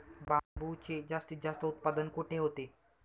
बांबूचे जास्तीत जास्त उत्पादन कुठे होते?